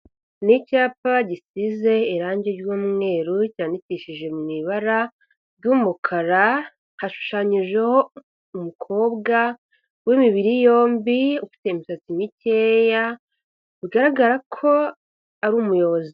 Ni icyapa gisize irangi ry'umweru cyandikishije mu ibara ry'umukara, hashushanyijeho umukobwa w'imibiri yombi ufite imisatsi mikeya, bigaragara ko ari umuyobozi.